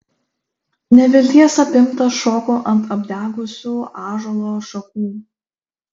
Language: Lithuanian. nevilties apimtas šokau ant apdegusių ąžuolo šakų